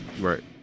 Right